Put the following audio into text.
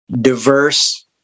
diverse